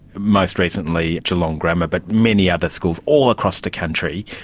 most recently geelong grammar, but many other schools, all across the country.